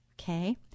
Okay